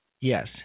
yes